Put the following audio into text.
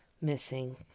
missing